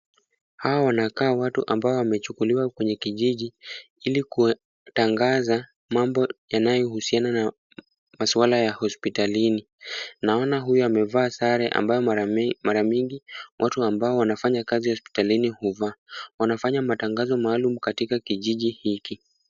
Hawa wanakaa watu ambao wamechukuliwa kwenye kijiji ili kutangaza mambo yanayohusiana na masuala ya hospitalini. Naona huyu amevaa sare ambayo mara mingi watu ambao wanafanya kazi hospitalini huvaa. Wanafanya matangazo maalum katika kijiji hiki.